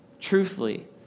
truthfully